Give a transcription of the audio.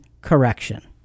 correction